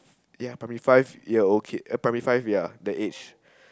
ya primary five year old kid a primary five ya that age